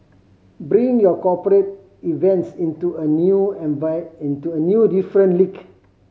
bring your cooperate events into a new into a new different league